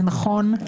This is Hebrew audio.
זה נכון,